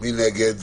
מי נגד?